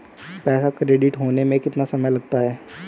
पैसा क्रेडिट होने में कितना समय लगता है?